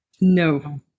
No